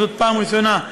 וזאת פעם ראשונה,